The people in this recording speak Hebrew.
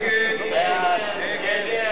דיור לחיילים משוחררים ולזכאים (תיקוני חקיקה),